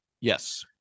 Yes